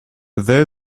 there